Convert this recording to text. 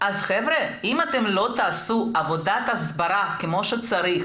אז חבר'ה, אם לא תעשו עבודת הסברה כמו שצריך